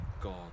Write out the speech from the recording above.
God